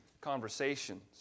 conversations